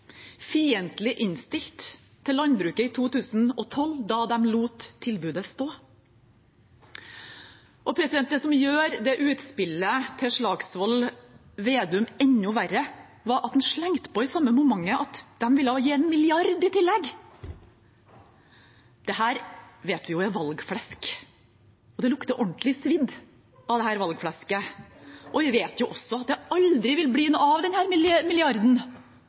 fiendtlig innstilt til landbruket i 2012, da de lot tilbudet stå? Det som gjør utspillet til Slagsvold Vedum enda verre, var at han slengte på i samme momentet at de ville gi 1 mrd. kr i tillegg. Dette vet vi er valgflesk, og det lukter ordentlig svidd av dette valgflesket. Vi vet også at det aldri vil bli noe av